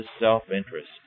self-interest